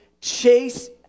Chase